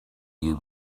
you